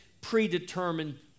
predetermined